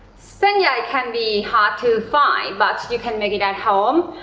sen yai can be hard to find but you can make it at home.